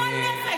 גועל נפש.